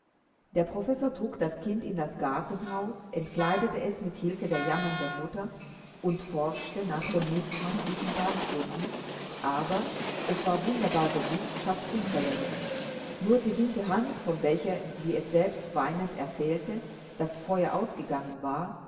der professor trug das kind in das gartenhaus entkleidete es mit hilfe der jammernden mutter und forschte nach den mutmaßlichen brandwunden aber es war wunderbar genug fast unverletzt nur die linke hand von welcher wie es selbst weinend erzählte das feuer ausgegangen war